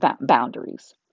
boundaries